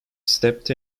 stepped